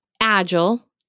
agile